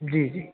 जी जी